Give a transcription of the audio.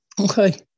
Okay